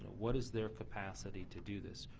what is their capacity to do this.